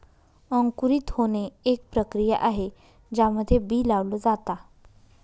अंकुरित होणे, एक प्रक्रिया आहे ज्यामध्ये बी लावल जाता